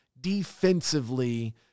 defensively